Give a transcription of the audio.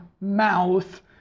mouth